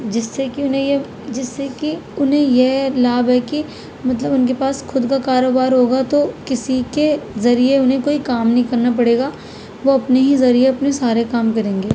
جس سے کہ انہیں یہ جس سے کہ انہیں یہ لابھ ہے کہ مطلب ان کے پاس خود کا کاروبار ہوگا تو کسی کے ذریعے انہیں کوئی کام نہیں کرنا پڑے گا وہ اپنے ہی ذریعے اپنے سارے کام کریں گے